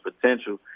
potential